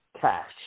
cash